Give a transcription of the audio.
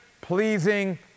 pleasing